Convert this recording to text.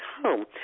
home